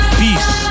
peace